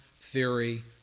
theory